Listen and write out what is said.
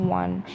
one